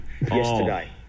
yesterday